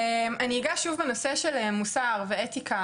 אני אגע שוב בנושא של מוסר, אתיקה